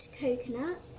coconut